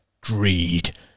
greed